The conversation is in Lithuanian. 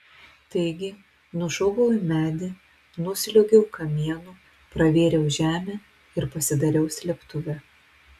taigi nušokau į medį nusliuogiau kamienu pravėriau žemę ir pasidariau slėptuvę